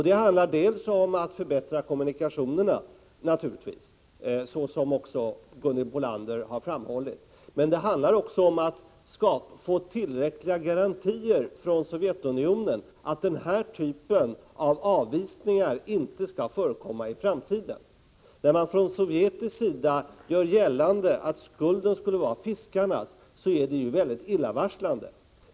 Det handlar dels om att förbättra kommunikationerna, som Gunhild Bolander har framhållit, men dels också om att få tillräckliga garantier från Sovjetunionen för att denna typ av avvisningar inte skall förekomma i framtiden. När man från sovjetisk sida gör gällande att skulden skulle vara fiskarnas är det mycket illavarslande.